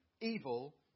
evil